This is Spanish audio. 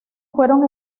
fueron